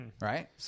Right